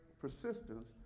persistence